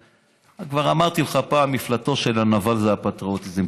כבר אמרתי לך פעם, מפלטו של הנבל זה הפטריוטיזם.